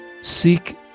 Seek